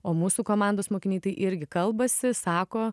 o mūsų komandos mokiniai tai irgi kalbasi sako